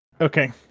Okay